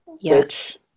Yes